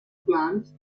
plants